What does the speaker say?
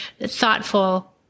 thoughtful